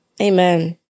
Amen